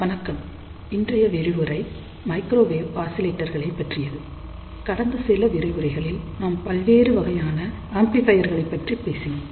வணக்கம் இன்றைய விரிவுரை மைக்ரோவேவ் ஆசிலேட்டர்களை பற்றியது கடந்த சில விரிவுரைகளில் நாம் பல்வேறு வகையான ஆம்ப்ளிபையர்களை பற்றி பேசினோம்